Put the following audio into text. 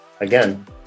again